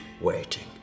waiting